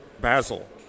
Basil